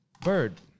Bird